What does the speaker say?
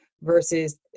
versus